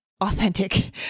Authentic